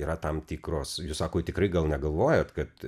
yra tam tikros sako tikrai gal negalvojat kad